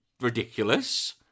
ridiculous